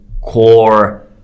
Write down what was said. core